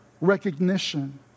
recognition